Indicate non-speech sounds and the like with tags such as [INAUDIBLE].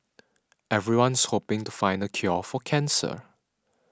[NOISE] everyone's hoping to find the cure for cancer